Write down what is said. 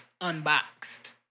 Unboxed